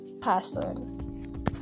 person